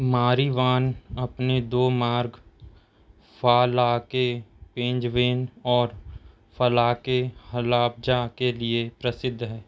Marivan अपने दो मार्ग फालाके पेंजवेन और फलाके हलाब्जा के लिए प्रसिद्ध है